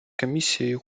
комісією